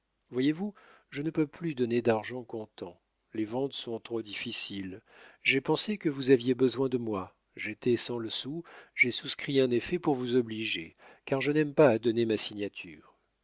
voyez-vous je ne peux plus donner d'argent comptant les ventes sont trop difficiles j'ai pensé que vous aviez besoin de moi j'étais sans le sou j'ai souscrit un effet pour vous obliger car je n'aime pas à donner ma signature